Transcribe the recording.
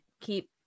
keep